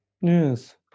Yes